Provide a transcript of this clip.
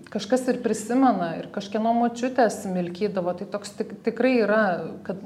kažkas ir prisimena ir kažkieno močiutės smilkydavo tai toks tik tikrai yra kad